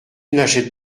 n’achètent